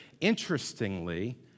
Interestingly